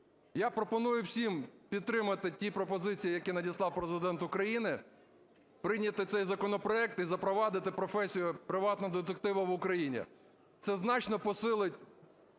Я пропоную всім підтримати ті пропозиції, які надіслав Президент України, прийняти цей законопроект і запровадити професію приватного детектива в Україні. Це значно посилить